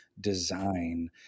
design